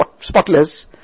spotless